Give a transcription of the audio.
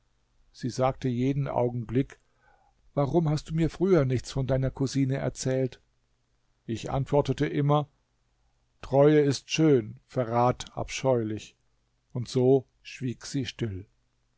sie sagte jeden augenblick warum hast du mir früher nichts von deiner cousine erzählt ich antwortete immer treue ist schön verrat abscheulich und so schwieg sie still